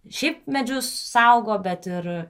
šiaip medžius saugo bet ir